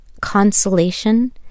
consolation